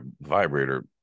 vibrator